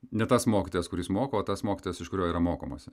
ne tas mokytojas kuris moko o tas mokytojas iš kurio yra mokomasi